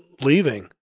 Leaving